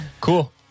Cool